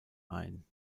ein